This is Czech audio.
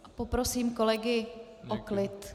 A poprosím kolegy o klid.